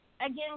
again